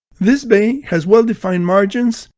this bay has well defined margins,